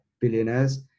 billionaires